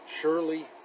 Surely